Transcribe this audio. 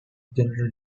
general